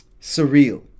surreal